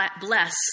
bless